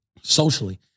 socially